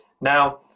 Now